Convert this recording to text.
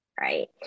right